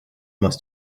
must